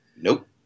Nope